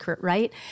right